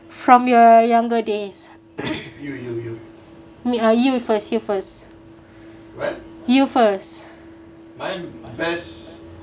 from your younger days me uh you first you first you first